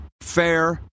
Fair